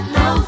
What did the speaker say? no